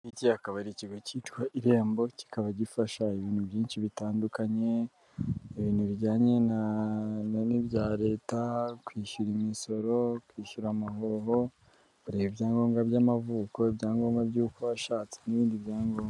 Iki akaba ari ikigo cyitwa irembo, kikaba gifasha ibintu byinshi bitandukanye, ibintu bijyanye n'ibya leta, kwishyura imisoro, kwishyura amahoro, kureba ibyangombwa by'amavuko, ibyangombwa by'uko washatse n'ibindi byangombwa.